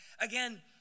Again